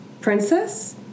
Princess